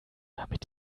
damit